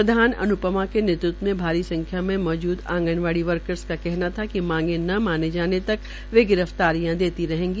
प्रधान अन्पमा के नेतृत्व में भारी संख्या में मौजूद आंगनवाड़ी वर्करस का कहना था कि मांगे न माने जाने तक वे गिरफ्तारियां देती रहेंगी